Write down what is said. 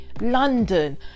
London